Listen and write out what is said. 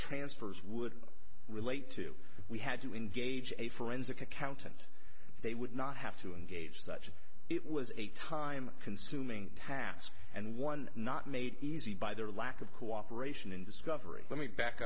transfers would relate to we had to engage a forensic accountant they would not have to engage such it was a time consuming task and one not made easy by their lack of cooperation in discovery let me back